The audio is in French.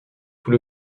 tout